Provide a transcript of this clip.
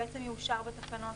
זה בעצם יאושר בתקנות